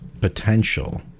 potential